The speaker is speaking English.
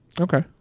Okay